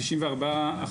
94%,